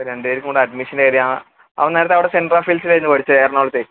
അപ്പം രണ്ട് പേര്ക്കും കൂടെ അഡ്മിഷന്റെ കാര്യം ആ അവന് നേരത്തെ അവിടെ സെന്റ്റ് രാഫെല്സിലായിരുന്നു പഠിച്ചത് എറണാകുളത്തേ